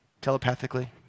Telepathically